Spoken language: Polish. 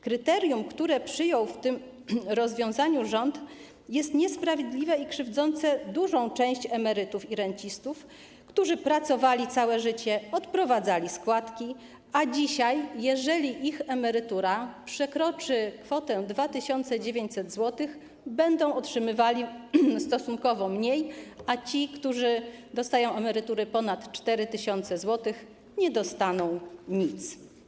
Kryterium, które przyjął w tym rozwiązaniu rząd, jest niesprawiedliwe i krzywdzi dużą część emerytów i rencistów, którzy pracowali całe życie, odprowadzali składki, a dzisiaj, jeżeli ich emerytura przekroczy kwotę 2900 zł, będą otrzymywali stosunkowo mniej, a ci, którzy dostają emerytury ponad 4000 zł, nie dostaną nic.